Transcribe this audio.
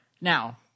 Now